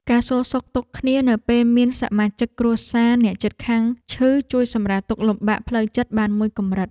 ការសួរសុខទុក្ខគ្នានៅពេលមានសមាជិកគ្រួសារអ្នកជិតខាងឈឺជួយសម្រាលទុក្ខលំបាកផ្លូវចិត្តបានមួយកម្រិត។